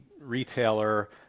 retailer